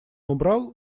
убрал